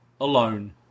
alone